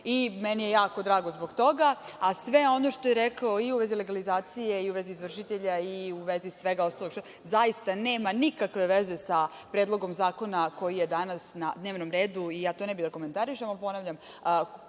i meni je jako drago zbog toga. Sve ono što je rekao i u vezi legalizacije i u vezi izvršitelja i u vezi svega ostalog zaista nema nikakve veze sa predlogom zakona koji je danas na dnevnom redu i ja to ne bih da komentarišem. Ponavljam,